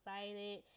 excited